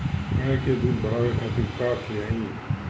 गाय के दूध बढ़ावे खातिर का खियायिं?